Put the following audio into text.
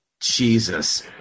Jesus